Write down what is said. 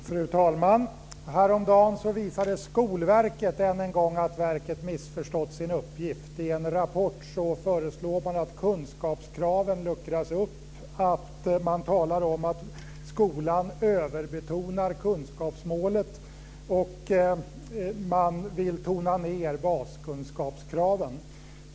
Fru talman! Häromdagen visade Skolverket än en gång att verket har missförstått sin uppgift. I en rapport föreslår man att kunskapskraven luckras upp. Man talar om att skolan överbetonar kunskapsmålet, och man vill tona ned baskunskapskraven.